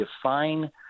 define